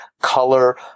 color